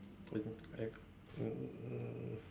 I I um